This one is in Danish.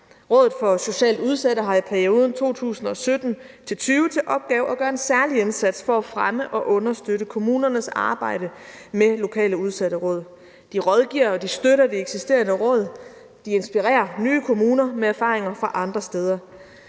Rådet for Socialt Udsatte har i perioden 2017-2020 til opgave at gøre en særlig indsats for at fremme og understøtte kommunernes arbejde med lokale udsatteråd. De rådgiver og støtter de eksisterende råd; de inspirerer nye kommuner med erfaringer fra andre steder.